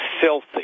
filthy